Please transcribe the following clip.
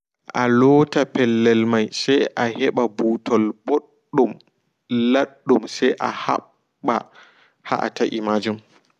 A taɓɓitina adinga laarugo fanko salula mada koɓo adinga laarugo allua konfuta mada ko tivi mada do neɓa ɓanda nonno ta adinga jodugo ɓo ha wala yiite toɓo ajodi ha wala yiite sosai yandego adinga jodugo ado lusina